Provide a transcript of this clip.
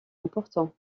important